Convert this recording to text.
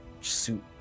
suit